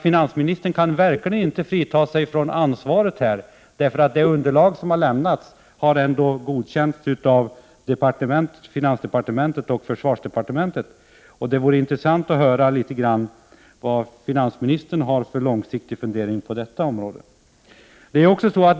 Finansministern kan verkligen inte frita sig från ansvaret — det underlag som har lämnats har ändå godkänts av finansdepartementet och försvarsdepartementet. Det vore intressant att höra vilka långsiktiga funderingar finansministern har på detta område.